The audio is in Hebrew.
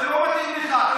זה לא מתאים לך.